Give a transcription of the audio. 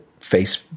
face